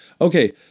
Okay